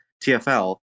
tfl